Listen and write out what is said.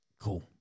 Cool